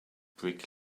brick